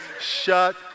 Shut